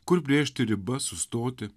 kur brėžti ribas sustoti